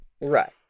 Right